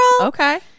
Okay